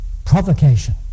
provocation